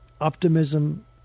optimism